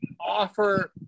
offer